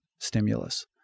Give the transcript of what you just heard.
stimulus